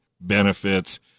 benefits